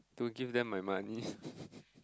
to give them my money